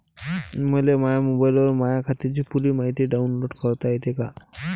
मले माह्या मोबाईलवर माह्या खात्याची पुरी मायती डाऊनलोड करता येते का?